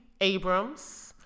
Abrams